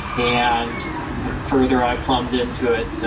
and the further i plumed into it,